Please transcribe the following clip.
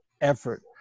effort